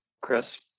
Chris